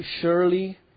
surely